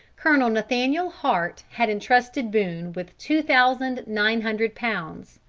colonel nathaniel hart had entrusted boone with two thousand nine hundred pounds.